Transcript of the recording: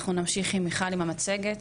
אנחנו נמשיך עם מיכל עם המצגת.